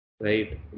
right